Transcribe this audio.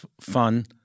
fun